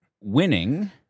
winning